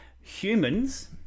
humans